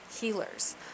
healers